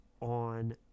on